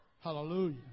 Hallelujah